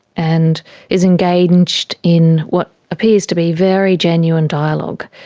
and is engaged in what appears to be very genuine dialogue.